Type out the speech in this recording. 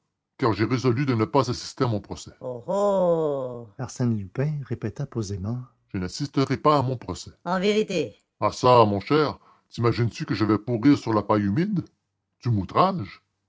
car j'ai résolu de ne pas assister à mon procès oh oh arsène lupin répéta posément je n'assisterai pas à mon procès en vérité ah ça mon cher vous imaginez-vous que je vais pourrir sur la paille humide vous m'outragez